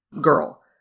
girl